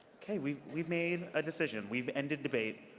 okay. we've we've made a decision. we've ended debate.